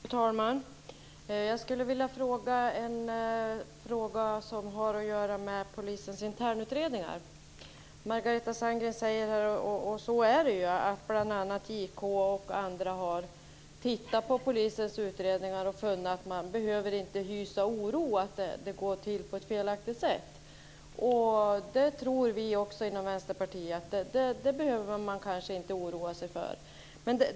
Fru talman! Jag skulle vilja ställa en fråga om polisens internutredningar. Margareta Sandgren säger att JK och andra instanser har studerat polisens utredningar och funnit att man inte behöver hysa någon oro för att de går till på ett felaktigt sätt. Vi tror kanske inte heller inom Vänsterpartiet att man behöver oroa sig för det.